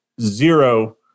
zero